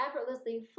effortlessly